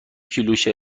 کیلوشه